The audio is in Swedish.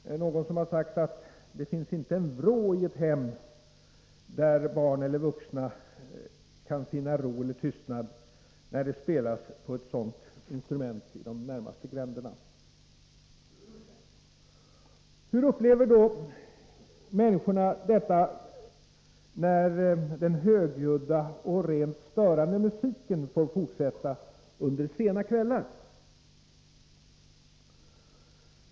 Det är någon som sagt att det inte finns en vrå i ett hem där barn eller vuxna kan finna ro och tystnad, när det spelas på ett sådant instrument i de närmaste gränderna. Hur upplever då människorna detta när den högljudda och rent störande musiken får fortsätta under sena kvällar?